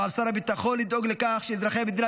ועל שר הביטחון לדאוג לכך שאזרחי המדינה